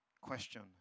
Question